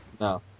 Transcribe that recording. No